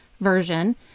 version